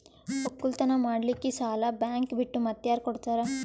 ಒಕ್ಕಲತನ ಮಾಡಲಿಕ್ಕಿ ಸಾಲಾ ಬ್ಯಾಂಕ ಬಿಟ್ಟ ಮಾತ್ಯಾರ ಕೊಡತಾರ?